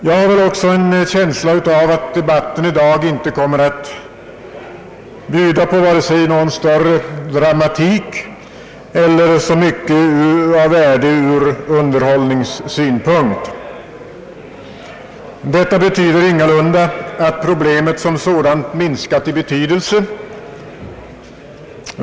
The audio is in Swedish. Jag har väl också en känsla av att debatten i dag inte kommer att bjuda på vare sig någon större dramatik eller så mycket av värde ur underhållningssynpunkt. Detta betyder ingalunda att problemet minskat i betydelse.